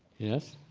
yes,